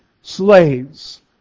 slaves